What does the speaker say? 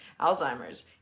alzheimer's